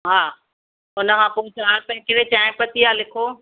हा हुनखां पोइ चारि पैकेट चाय पती जा लिखो